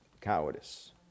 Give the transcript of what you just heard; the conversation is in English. cowardice